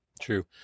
true